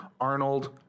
Arnold